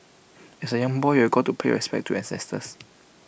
as A young boy you've got to pay respects to your ancestors